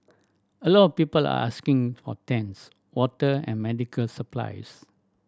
a lot of people are asking for tents water and medical supplies